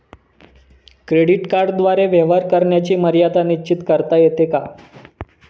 Credit कार्डद्वारे व्यवहार करण्याची मर्यादा निश्चित करता येते का?